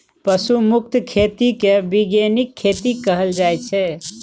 पशु मुक्त खेती केँ बीगेनिक खेती कहल जाइ छै